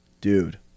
dude